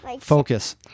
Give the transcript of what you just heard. Focus